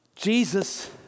Jesus